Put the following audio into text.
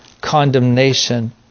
condemnation